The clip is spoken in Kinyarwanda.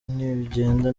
nibigenda